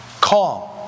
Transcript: calm